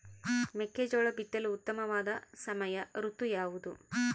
ಮೆಕ್ಕೆಜೋಳ ಬಿತ್ತಲು ಉತ್ತಮವಾದ ಸಮಯ ಋತು ಯಾವುದು?